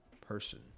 person